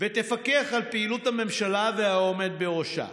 ותפקח על פעילות הממשלה והעומד בראשה.